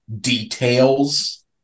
details